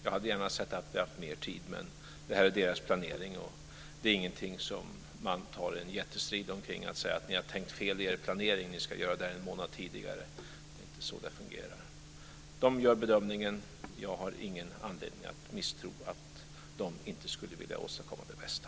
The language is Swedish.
Jag hade gärna sett att vi hade haft mer tid, men det här är deras planering. Det är ingenting som man tar en jättestrid omkring. Man säger inte: Ni har tänkt fel i er planering. Ni ska göra det här en månad tidigare. Det är inte så det fungerar. De gör bedömningen. Jag har ingen anledning att tro att de inte skulle vilja åstadkomma det bästa.